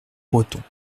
breton